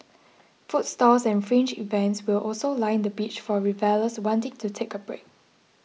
food stalls and fringe events will also line the beach for revellers wanting to take a break